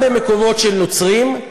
גם במקומות של נוצרים,